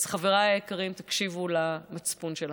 אז חבריי היקרים, תקשיבו למצפון שלכם.